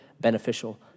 beneficial